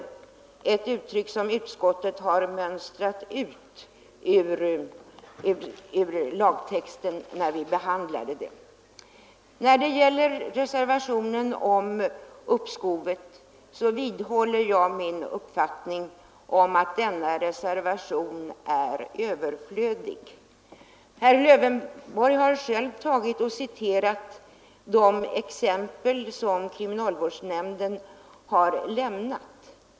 Det uttrycket har utskottet mönstrat ut ur lagtexten. Jag vidhåller min uppfattning att reservationen om uppskov med straffverkställighet är överflödig. Herr Lövenborg har själv citerat kriminalvårdsnämndens skäl för dess ställningstagande.